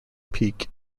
peak